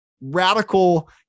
radical